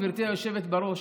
גברתי היושבת בראש,